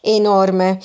enorme